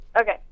Okay